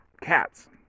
cats